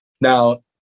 Now